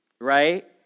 right